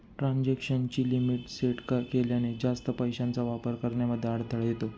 transaction ची limit set केल्याने, जास्त पैशांचा वापर करण्यामध्ये अडथळा येतो